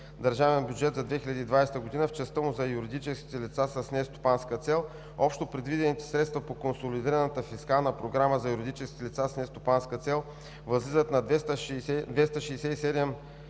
държавен бюджет за 2020 г. в частта му за юридически лица с нестопанска цел: Общо предвидените средства по консолидираната фискална програма за юридическите лица с нестопанска цел възлизат на 267,3